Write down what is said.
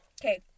Okay